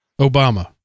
Obama